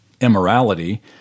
immorality